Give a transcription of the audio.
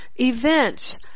Events